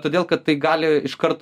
todėl kad tai gali iškart